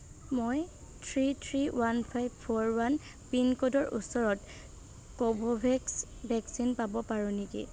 মই three three one five four one পিনক'ডৰ ওচৰত কোভোভেক্স ভেকচিন পাব পাৰোঁ নেকি